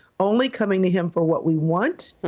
only coming to him for what we want,